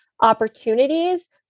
opportunities